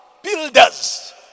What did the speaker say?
Builders